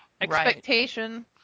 expectation